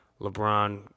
LeBron